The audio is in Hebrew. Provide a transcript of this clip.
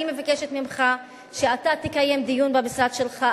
אני מבקשת ממך שאתה תקיים דיון במשרד שלך,